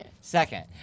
Second